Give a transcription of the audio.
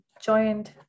joined